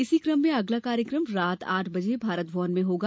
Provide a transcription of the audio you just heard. इसी क्रम में अगला कार्यक्रम रात आठ बजे भारत भवन में होगा